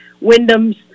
Wyndham's